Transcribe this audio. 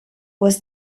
was